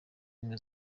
ubumwe